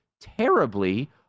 terribly